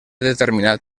determinat